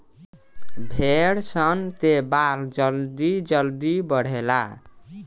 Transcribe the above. भेड़ सन के बाल जल्दी जल्दी बढ़ेला